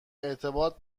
ارتباط